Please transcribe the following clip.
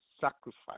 sacrifice